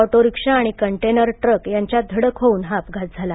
autorickshaw आणि container truck यांच्यात धडक होऊन हा अपघात झाला